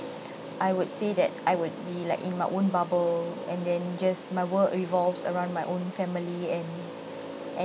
I would say that I would be like in my own bubble and then just my world revolves around my own family and and